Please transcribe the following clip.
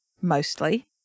mostly